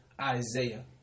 Isaiah